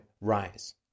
rise